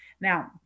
Now